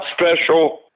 special